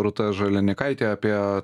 rūta žalianekaitė apie